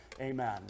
Amen